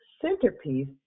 centerpiece